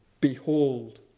Behold